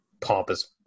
pompous